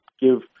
give